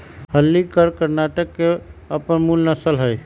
हल्लीकर कर्णाटक के अप्पन मूल नसल हइ